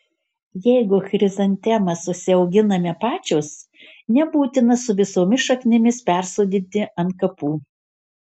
jeigu chrizantemas užsiauginame pačios nebūtina su visomis šaknimis persodinti ant kapų